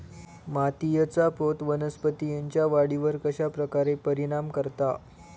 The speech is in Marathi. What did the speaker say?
मातीएचा पोत वनस्पतींएच्या वाढीवर कश्या प्रकारे परिणाम करता?